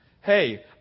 Hey